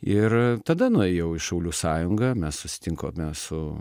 ir tada nuėjau į šaulių sąjungą mes susitikome su